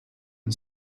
and